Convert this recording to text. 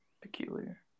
Peculiar